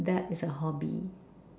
that is a hobby